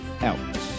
out